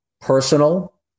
personal